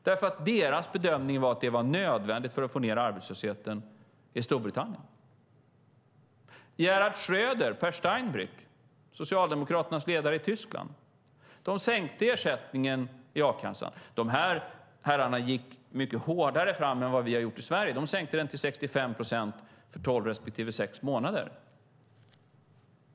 Deras bedömning var nämligen att det var nödvändigt för att få ned arbetslösheten i Storbritannien. Gerhard Schröder och Peer Steinbrück, Socialdemokraternas ledare i Tyskland, sänkte ersättningen i a-kassan. Dessa herrar gick fram mycket hårdare än vad vi har gjort i Sverige. De sänkte ersättningen till 65 procent för tolv respektive sex månader.